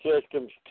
systems